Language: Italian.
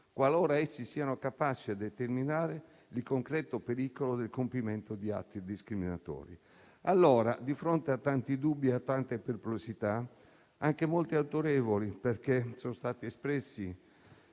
qualora essi siano capaci a determinare il concreto pericolo del compimento di atti discriminatori. Di fronte a tanti dubbi e a tante perplessità, anche molto autorevoli, perché sono stati espressi